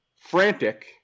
frantic